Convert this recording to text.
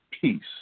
peace